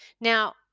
Now